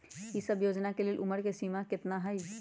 ई सब योजना के लेल उमर के सीमा केतना हई?